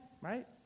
right